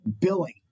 billing